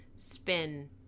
Spin